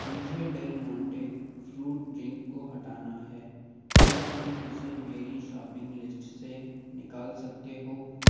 مجھے Del Monte fruit drink کو ہٹانا ہے کیا تم اسے میری شاپنگ لسٹ سے نکال سکتے ہو